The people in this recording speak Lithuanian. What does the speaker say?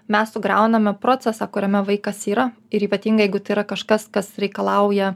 mes sugriauname procesą kuriame vaikas yra ir ypatingai jeigu tai yra kažkas kas reikalauja